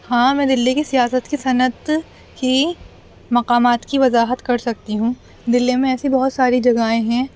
ہاں میں دلی کی سیاست کی صنعت کی مقامات کی وضاحت کر سکتی ہوں دلی میں ایسی بہت ساری جگہیں ہیں